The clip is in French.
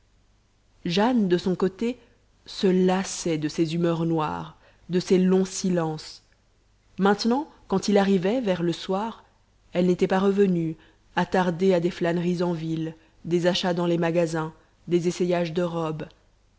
jane de son côté se lassait de ses humeurs noires de ses longs silences maintenant quand il arrivait vers le soir elle n'était pas revenue attardée à des flâneries en ville des achats dans les magasins des essayages de robes